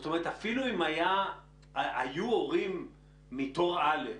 אפילו אם היו הורים מ"תור א'"